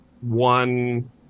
One